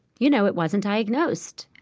you know, it wasn't diagnosed.